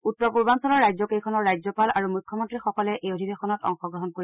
উত্তৰ পূৰ্বাঞ্চলৰ ৰাজ্যকেইখনৰ ৰাজ্যপাল আৰু মুখ্যমন্ৰীসকলে এই অধিবেশনত অংশগ্ৰহণ কৰিব